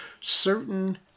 certain